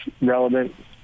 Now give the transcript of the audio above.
relevant